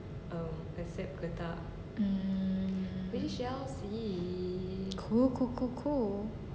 mm cool cool cool cool